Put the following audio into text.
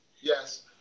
Yes